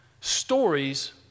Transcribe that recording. Stories